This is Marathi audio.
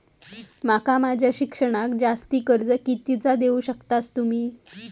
माका माझा शिक्षणाक जास्ती कर्ज कितीचा देऊ शकतास तुम्ही?